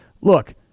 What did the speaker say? look